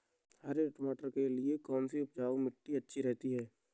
हरे मटर के लिए कौन सी उपजाऊ मिट्टी अच्छी रहती है?